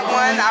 one